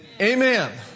Amen